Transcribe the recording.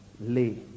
Lay